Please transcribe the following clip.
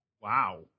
Wow